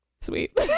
sweet